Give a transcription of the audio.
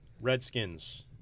Redskins